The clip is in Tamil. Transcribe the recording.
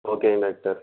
ஓகேங்க டாக்டர்